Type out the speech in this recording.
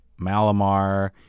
Malamar